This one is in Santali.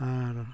ᱟᱨ